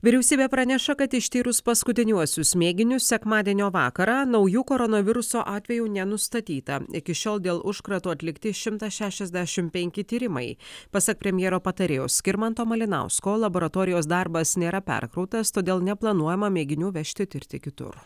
vyriausybė praneša kad ištyrus paskutiniuosius mėginius sekmadienio vakarą naujų koronaviruso atvejų nenustatyta iki šiol dėl užkrato atlikti šimtas šešiasdešim penki tyrimai pasak premjero patarėjo skirmanto malinausko laboratorijos darbas nėra perkrautas todėl neplanuojama mėginių vežti tirti kitur